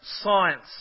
science